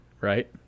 right